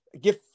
give